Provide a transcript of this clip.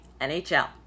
NHL